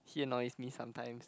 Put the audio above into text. he annoys me sometimes